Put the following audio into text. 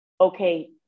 okay